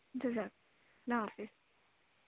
جزاک اللہ حافظ